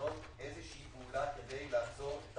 לעשות איזושהי פעולה כדי לעצור את